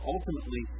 Ultimately